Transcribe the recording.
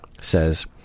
says